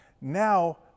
now